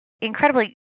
incredibly